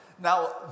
Now